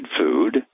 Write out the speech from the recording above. food